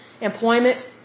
employment